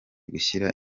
gushyira